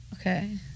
Okay